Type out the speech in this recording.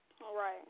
Right